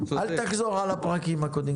אל תחזור לפרקים הקודמים.